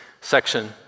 section